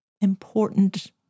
important